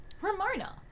Ramona